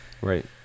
Right